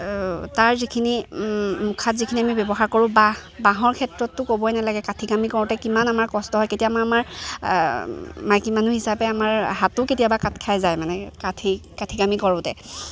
তাৰ যিখিনি মুখাত যিখিনি আমি ব্যৱহাৰ কৰোঁ বাঁহ বাঁহৰ ক্ষেত্ৰতো ক'বই নালাগে কাঠি কামি কৰোঁতে কিমান আমাৰ কষ্ট হয় কেতিয়াবা আমাৰ মাইকী মানুহ হিচাপে আমাৰ হাতো কেতিয়াবা কাট খাই যায় মানে কাঠি কাঠি কামি কৰোঁতে